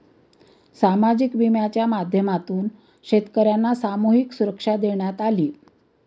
सामाजिक विम्याच्या माध्यमातून शेतकर्यांना सामूहिक सुरक्षा देण्यात आली